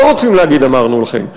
לא רוצים להגיד "אמרנו לכם",